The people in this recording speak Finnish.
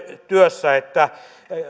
työssä niin että